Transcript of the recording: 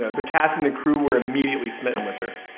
the cast and the crew were immediately smitten with her.